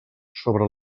sobre